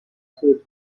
تاثیر